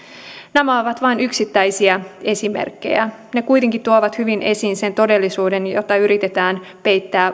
nämä ovat vain yksittäisiä esimerkkejä ne kuitenkin tuovat hyvin esiin sen todellisuuden jota valitettavasti yritetään peittää